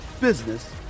business